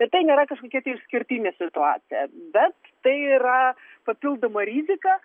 ir tai nėra kažkokia tai išskirtinė situacija bet tai yra papildoma rizika